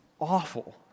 awful